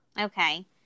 Okay